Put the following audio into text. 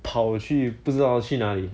跑去不知道去哪里